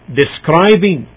describing